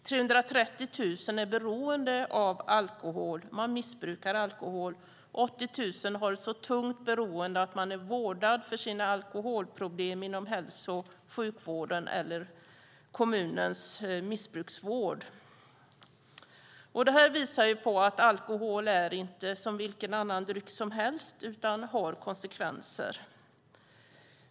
330 000 är beroende av alkohol. De missbrukar alkohol. 80 000 har ett så tungt beroende att de är vårdade för sina alkoholproblem inom hälso och sjukvården eller kommunens missbruksvård. Det här visar på att alkohol inte är som vilken annan dryck som helst, utan den ger konsekvenser.